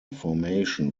formation